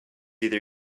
either